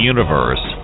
Universe